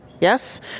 Yes